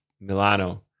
Milano